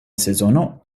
sezono